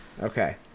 Okay